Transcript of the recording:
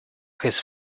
his